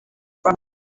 from